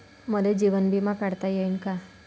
मले जीवन बिमा काढता येईन का?